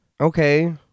Okay